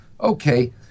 Okay